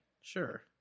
Sure